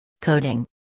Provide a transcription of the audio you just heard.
Coding